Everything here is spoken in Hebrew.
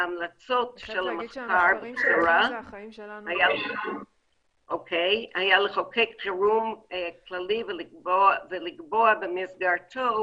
ההמלצות של המחקר בקצרה היה לחוקק חירום כללי ולקבוע במסגרתו